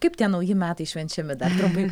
kaip tie nauji metai švenčiami dar trumpai